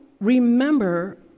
remember